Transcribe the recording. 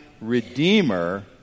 Redeemer